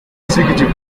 executive